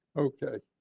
okay,